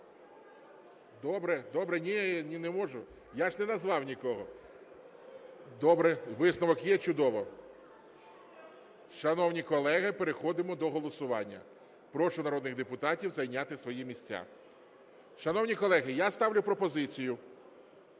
Добре, добре. Ні, не можу. Я ж не назвав нікого. Добре, висновок є, чудово. Шановні колеги, переходимо до голосування. Прошу народних депутатів зайняти свої місця. Шановні колеги, я ставлю пропозицію